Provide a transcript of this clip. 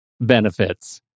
benefits